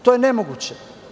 To je nemoguće.